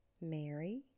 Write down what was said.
Mary